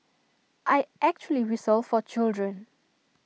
I actually whistle for children